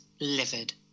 Livid